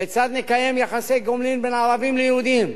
כיצד נקיים יחסי גומלין בין ערבים ליהודים.